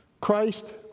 Christ